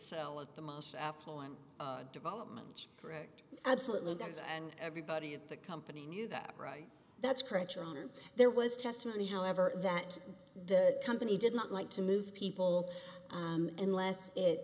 sell it the most affluent development correct absolutely there is and everybody at the company knew that right that's correct your honor there was testimony however that the company did not like to move people in less it